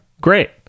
great